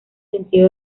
sentido